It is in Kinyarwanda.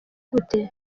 gute